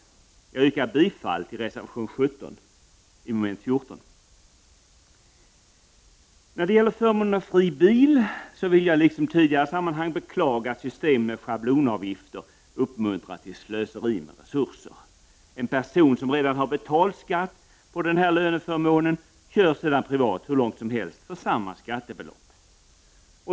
Jag yrkar bifall till reservation 17 med anledning av mom. 14 i utskottets hemställan. När det gäller förmånen fri bil vill jag liksom i tidigare sammanhang beklaga att systemet med schablonavgifter uppmuntrar till slöseri med resurser. En person som redan har betalt skatt på den här löneförmånen kör sedan privat hur långt som helst för samma skattebelopp.